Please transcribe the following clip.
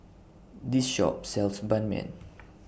This Shop sells Ban Mian